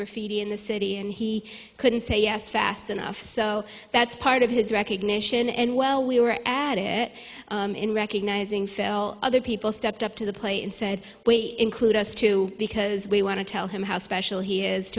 graffiti in the city and he couldn't say yes fast enough so that's part of his recognition and well we were at it in recognizing fell other people stepped up to the plate and said include us too because we want to tell him how special he is